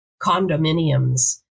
condominiums